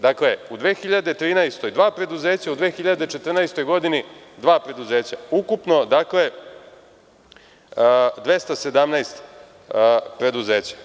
Dakle, u 2013. godini dva preduzeća, u 2014. godini dva preduzeća, ukupno 217 preduzeća.